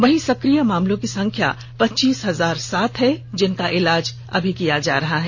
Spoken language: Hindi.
वहीं सकिय मामलों की संख्या पचीस हजार सात है जिनका इलाज किया जा रहा है